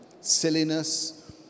silliness